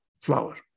flower